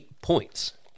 points